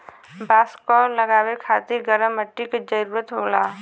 बांस क लगावे खातिर गरम मट्टी क जरूरत होला